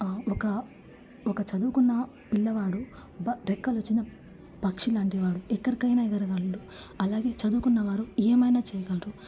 ఒక ఒక చదువుకున్న పిల్లవాడు రెక్కలు వచ్చిన పక్షి లాంటివాడు ఎక్కడికైనా ఎగర గలడు అలాగే చదువుకున్నవారు ఏమైనా చేయగలరు